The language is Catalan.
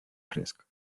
fresc